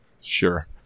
Sure